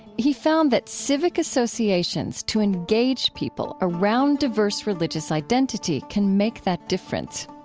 he found that civic associations to engage people around diverse religious identity can make that difference.